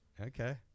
okay